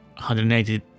180